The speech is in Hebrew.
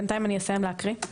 בינתיים אסיים להקריא.